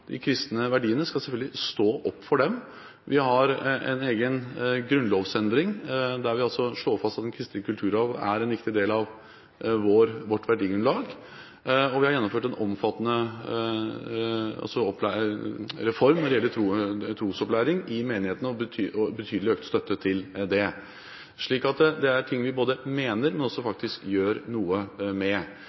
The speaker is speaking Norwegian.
de kristne verdiene, selvfølgelig skal stå opp for dem. Vi har en egen grunnlovsendring, der vi slår fast at den kristne kulturarv er en viktig del av vårt verdigrunnlag. Vi har gjennomført en omfattende reform når det gjelder trosopplæring i menighetene, og gitt betydelig økt støtte til det. Dette er ting vi mener og faktisk gjør noe med.